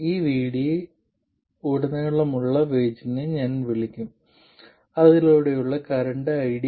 ഈ VD യിൽ ഉടനീളമുള്ള Vage നെ ഞാൻ വിളിക്കും അതിലൂടെയുള്ള കറന്റ് ID